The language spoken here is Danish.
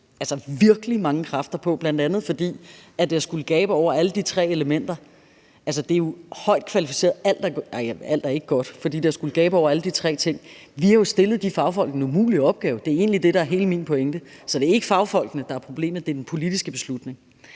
tre elementer, og bl.a. derfor er der blevet brugt virkelig mange kræfter på det. Altså, det er jo højt kvalificeret, men alt er ikke godt, fordi det har skullet gabe over de tre ting. Vi har jo stillet de fagfolk en umulig opgave; det er egentlig det, der er hele min pointe. Så det er ikke fagfolkene, der er problemet. Det er den politiske beslutning.